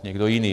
Někdo jiný.